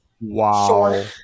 wow